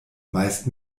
meist